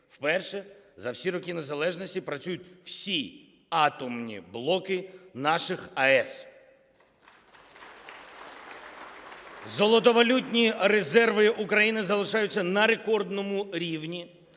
Вперше за всі роки незалежності працюють всі атомні блоки наших АЕС. (Оплески) Золотовалютні резерви України залишаються на рекордному рівні.